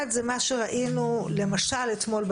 האירוע הראשון זה מה שראינו אתמול בלילה,